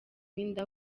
inda